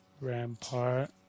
Rampart